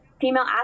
female